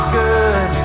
good